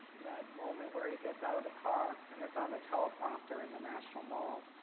moment where he gets out of the car and it's on the teleprompter in the national mall.